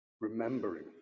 Remembering